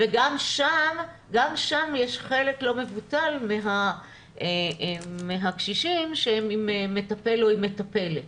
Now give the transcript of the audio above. גם שם יש חלק לא מבוטל מהקשישים שהם עם מטפל או עם מטפלת